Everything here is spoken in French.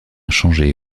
changé